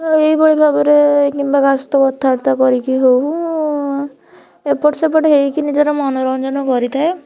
ଏହି ଭଳି ଭାବରେ କିମ୍ବା କାହା ସହତ କଥାବାର୍ତ୍ତା କରିକି ହଉ ଏପଟ ସେପଟ ହେଇକି ନିଜର ମନୋରଞ୍ଜନ କରିଥାଏ